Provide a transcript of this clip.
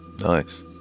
Nice